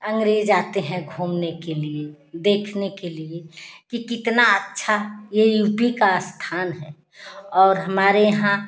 अंग्रेज आते हैं घूमने के लिए देखने के लिए कि कितना अच्छा यह यू पी का स्थान है और हमारे यहाँ